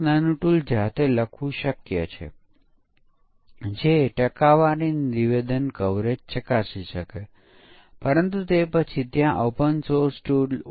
પરંતુ પછી તમે એમ કહી શકો કે કેમ આ બધી સંભવિત કિંમતો આપમેળે પેદા કરવામાં આવે અને કમ્પ્યુટરને જ તે ચલાવવા દેવામાં આવે તો